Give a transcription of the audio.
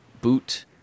Boot